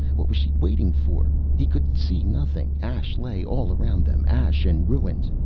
what was she waiting for? he could see nothing. ash lay all around them, ash and ruins.